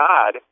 God